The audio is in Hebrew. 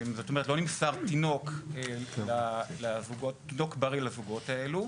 זאת אומרת, לא נמסר תינוק בריא לזוגות האלו.